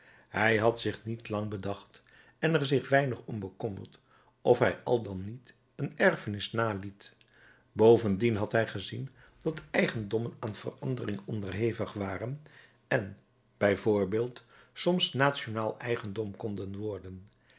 hij had zich niet lang bedacht en er zich weinig om bekommerd of hij al dan niet een erfenis naliet bovendien had hij gezien dat eigendommen aan verandering onderhevig waren en bij voorbeeld soms nationaal eigendom konden worden